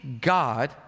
God